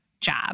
job